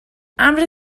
امر